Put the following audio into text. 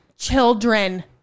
children